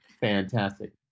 Fantastic